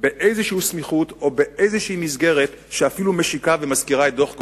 באיזו סמיכות או באיזו מסגרת שאפילו משיקה ומזכירה את דוח גולדסטון.